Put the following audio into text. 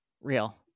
real